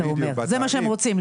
זה מה שהם רוצים,